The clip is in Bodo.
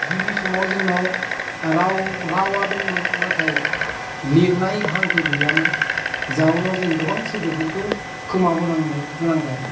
गिबि समाव जोंनाव राव रावा दंमोन नाथाय लिरनाय हांखो गैयामोन जाउनाव जों गोबां सोदोबफोरखौ खोमाबोनांनो गोनां जादों